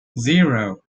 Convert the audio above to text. zero